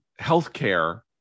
healthcare